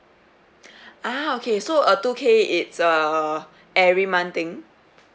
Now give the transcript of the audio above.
ah okay so uh two K it's uh every month thing